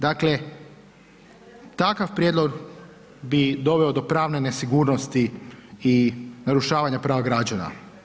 Dakle, takav prijedlog bi doveo do pravne nesigurnosti i narušavanja prava građana.